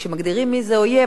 וכשמגדירים מי זה אויב,